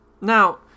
Now